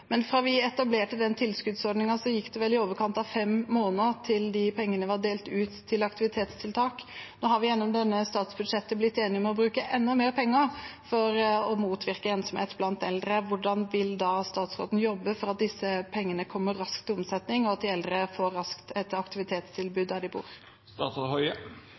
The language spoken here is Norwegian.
Fra vi etablerte den tilskuddsordningen, gikk det vel i overkant av fem måneder til pengene var delt ut til aktivitetstiltak. Nå har vi gjennom dette statsbudsjettet blitt enige om å bruke enda mer penger for å motvirke ensomhet blant eldre. Hvordan vil statsråden jobbe for at disse pengene kommer raskt, og at de eldre raskt får et aktivitetstilbud der de